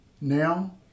now